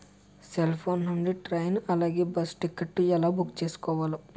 Cell phone నుండి train అలాగే bus ticket ఎలా బుక్ చేసుకోవాలి?